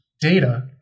data